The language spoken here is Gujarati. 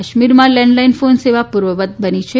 કાશ્મીરમાં લેન્ડલાઇન ફોન સેવા પૂર્વવત બની છે